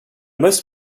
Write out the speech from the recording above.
most